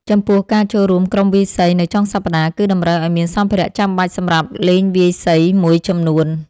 ចំពោះការចូលរួមក្រុមវាយសីនៅចុងសប្តាហ៍ គឺតម្រូវឲ្យមានសម្ភារៈចាំបាច់សម្រាប់លេងវាយសីមួយចំនួន។